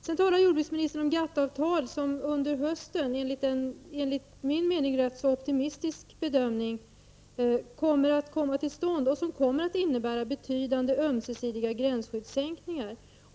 Sedan talade jordbruksministern om GATT-avtal, som enligt en i mitt tycke rätt optimistisk bedömning kommer att komma till stånd under hösten och som kommer att innebära betydande ömsesidiga gränsskyddssänkningar.